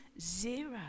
zero